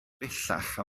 bellach